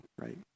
right